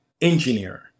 engineer